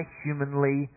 humanly